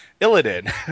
Illidan